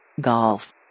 Golf